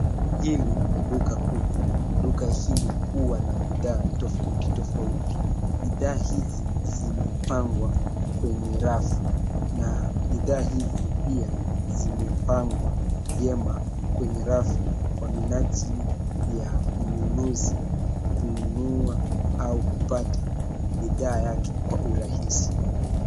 Hili ni duka kubwa. Duka hili huwa na bidhaa tofauti tofauti. Bidhaa hizi zimepangwa kwenye rafu na bidhaa hizi pia zimepangwa vyema kwenye rafu kwa minajili ya mnunuzi kununua au kupata bidhaa yake kwa urahisi.